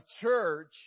church